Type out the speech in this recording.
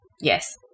Yes